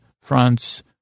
France